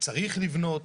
צריך לבנות,